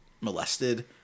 molested